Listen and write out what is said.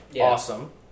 Awesome